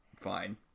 fine